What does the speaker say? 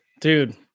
dude